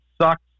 sucks